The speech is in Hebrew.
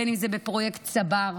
בין שזה בפרויקט "צבר",